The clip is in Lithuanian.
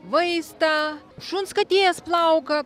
vaistą šuns katės plauką